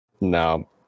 No